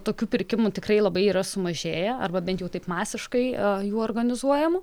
tokių pirkimų tikrai labai yra sumažėję arba bent jau taip masiškai jų organizuojamų